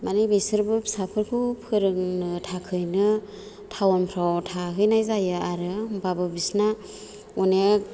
माने बिसोरबो फिसाफोरखौ फोरोंनो थाखायनो टाउनफोराव थाहैनाय जायो आरो होनबाबो बिसोरना अनेक